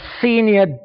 senior